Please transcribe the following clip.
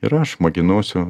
ir aš mokinuosiu